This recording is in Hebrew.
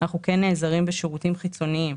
אנחנו כן נעזרים בשירותים חיצוניים,